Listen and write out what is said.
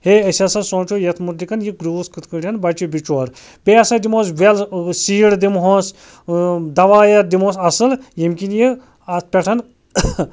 ہے أسۍ ہَسا سونٛچو یتھ مُتعلقَن یہِ گرٛوٗس کِتھ کٲٹھۍ بَچہِ بِچور بیٚیہِ ہَسا دِمو أسۍ وٮ۪ل سیٖڈ دِمہوس دوایات دِموس اَصٕل ییٚمہِ کِنۍ یہِ اَتھ پٮ۪ٹھ